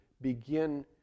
begin